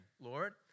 Lord